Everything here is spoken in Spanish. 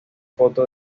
foto